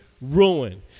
ruin